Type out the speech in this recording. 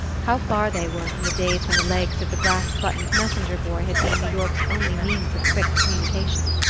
how far they were from the days when the legs of the brass-buttoned messenger boy had been new york's only means of quick communication!